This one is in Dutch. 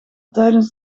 tijdens